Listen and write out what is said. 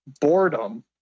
boredom